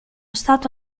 stato